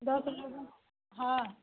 दस लोगों हाँ